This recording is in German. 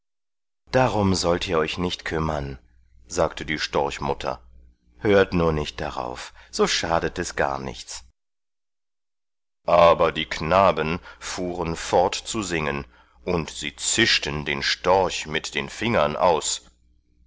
darum sollt ihr euch nicht kümmern sagte die storchmutter hört nur nicht darauf so schadet es gar nichts aber die knaben fuhren fort zu singen und sie zischten den storch mit den fingern aus